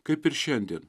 kaip ir šiandien